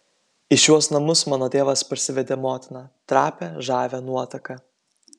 į šiuos namus mano tėvas parsivedė motiną trapią žavią nuotaką